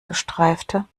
gestreifte